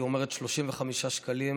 היא אומרת: 35 שקלים,